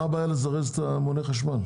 מה הבעיה לזרז את מוני החשמל?